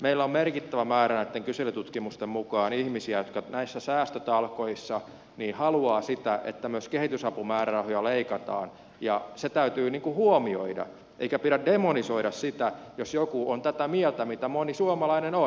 meillä on merkittävä määrä näitten kyselytutkimusten mukaan ihmisiä jotka näissä säästötalkoissa haluavat sitä että myös kehitysapumäärärahoja leikataan ja se täytyy huomioida eikä pidä demonisoida sitä jos joku on tätä mieltä mitä moni suomalainen on